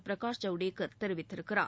பிரகாஷ் ஜவுடேகர் தெரிவித்திருக்கிறார்